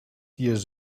years